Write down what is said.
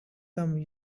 come